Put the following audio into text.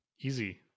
Easy